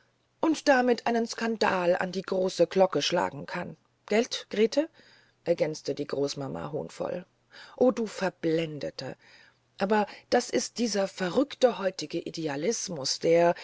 und damit einen skandal an die große glocke schlagen kann gelt grete ergänzte die großmama hohnvoll o du verblendete aber das ist dieser verrückte heutige idealismus der